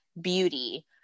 beauty